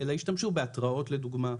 אלא השתמשו בהתראות לדוגמה,